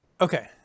Okay